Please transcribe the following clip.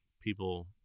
people